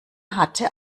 hatte